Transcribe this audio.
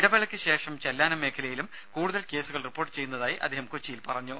ഇടവേളക്ക് ശേഷം ചെല്ലാനം മേഖലയിലും കൂടുതൽ കേസുകൾ റിപ്പോർട്ട് ചെയ്യുന്നതായി അദ്ദേഹം കൊച്ചിയിൽ പറഞ്ഞു